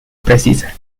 precisa